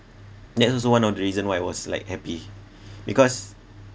that was also one of the reason why I was like happy because